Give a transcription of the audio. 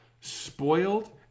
spoiled